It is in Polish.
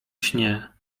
śnie